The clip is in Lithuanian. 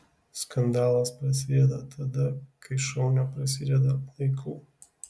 skandalas prasideda tada kai šou neprasideda laiku